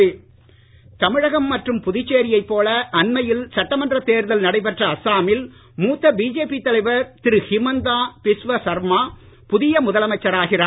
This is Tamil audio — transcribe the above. அசாம் தமிழகம் மற்றும் புதுச்சேரியைப் போல அண்மையில் சட்டமன்ற தேர்தல் நடைபெற்ற அசாமில் மூத்த பிஜேபி தலைவர் திரு ஹிமந்தா பிஸ்வ சர்மா புதிய முதலமைச்சராகிறார்